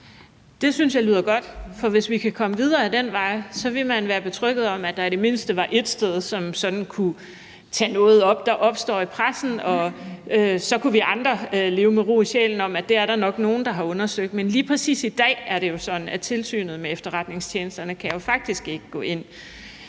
Det synes jeg lyder godt. For hvis vi kan komme videre ad den vej, vil man være betrygget ved, at der i det mindste er et sted, hvor man kan tage noget op, der opstår i pressen, og så kan vi andre leve med ro i sjælen ved at vide, at det er der nok nogle, der har undersøgt. Men lige præcis i dag er det jo sådan, at Tilsynet med Efterretningstjenesterne jo faktisk ikke kan gå ind